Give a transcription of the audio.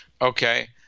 Okay